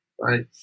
right